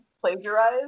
plagiarize